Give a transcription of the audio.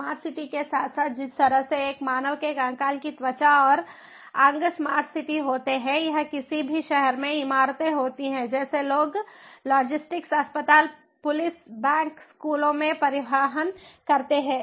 smart city के साथ साथ जिस तरह से एक मानव के कंकाल की त्वचा और अंग स्मार्ट सिटी होते हैं या किसी भी शहर में इमारतें होती हैं जैसे लोग लॉजिस्टिक्स अस्पताल पुलिस बैंक स्कूलों में परिवहन करते हैं